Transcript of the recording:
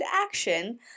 action